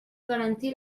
garantir